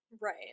Right